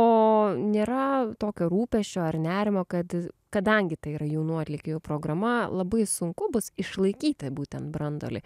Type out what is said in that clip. o nėra tokio rūpesčio ar nerimo kad kadangi tai yra jaunų atlikėjų programa labai sunku bus išlaikyti būtent branduolį